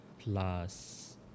plus